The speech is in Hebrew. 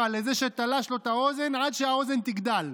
לזה שתלש לו את האוזן עד שהאוזן תגדל.